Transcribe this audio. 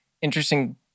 interesting